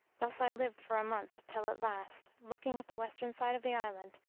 thus i lived for a month, till at last, looking at the western side of the island,